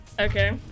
Okay